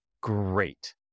Great